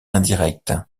indirect